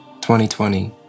2020